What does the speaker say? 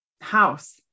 house